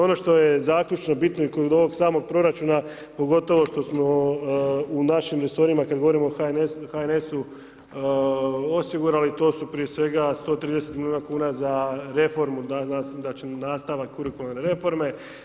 Ono što je zaključno bitno i kod ovog samog proračuna, pogotovo što smo u našim resorima, kada govorimo o HNS-u osigurali, to su prije svega 130 milijuna kuna za reformu, nastavak Kurikularne reforme.